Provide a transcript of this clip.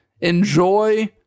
Enjoy